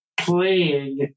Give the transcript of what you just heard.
playing